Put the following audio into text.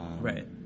right